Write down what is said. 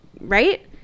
right